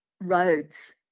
roads